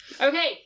Okay